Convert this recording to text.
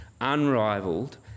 unrivaled